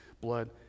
Blood